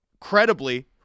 credibly